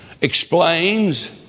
explains